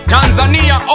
Tanzania